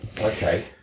Okay